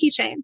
keychain